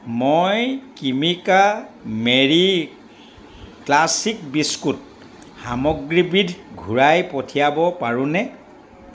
মই Cremica Marie classic biscuit সামগ্ৰীবিধ ঘূৰাই পঠিয়াব পাৰোঁনে